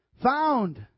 Found